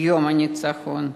יום הניצחון".